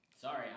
Sorry